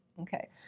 Okay